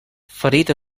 ferit